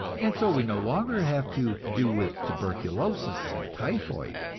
and so we no longer have to do with tuberculosis and typhoid,